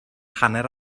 hanner